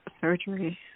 surgery